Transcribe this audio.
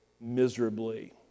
miserably